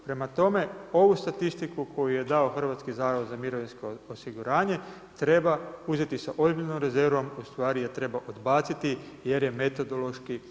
Prema tome, ovu statistiku koju je dao Hrvatski zavod za mirovinsko osiguranje treba uzeti sa ozbiljnom rezervom, ustvari je trebao odbaciti jer je metodološki neispravna.